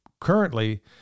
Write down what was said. currently